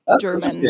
German